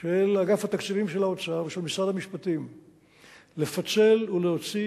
של אגף התקציבים של האוצר ושל משרד המשפטים לפצל ולהוציא